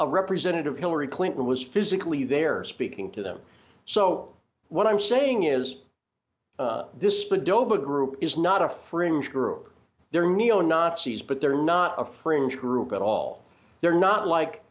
a representative hillary clinton was physically there speaking to them so what i'm saying is this the doba group is not a fringe group they're neo nazis but they're not a fringe group at all they're not like